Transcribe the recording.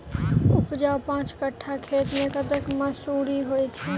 उपजाउ पांच कट्ठा खेत मे कतेक मसूरी होइ छै?